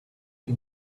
you